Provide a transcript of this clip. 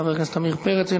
חבר הכנסת עמיר פרץ,